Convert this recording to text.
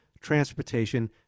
transportation